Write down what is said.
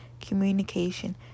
communication